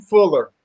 Fuller